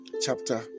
chapter